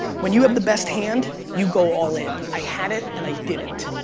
when you have the best hand, you go all-in. i had it, and i didn't.